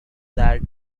that